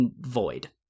void